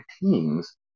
teams